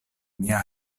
mia